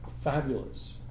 fabulous